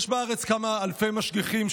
יש בארץ כמה אלפי משגיחים,